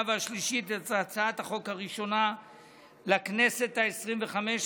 והשלישית את הצעת החוק הראשונה לכנסת העשרים-וחמש,